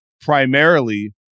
primarily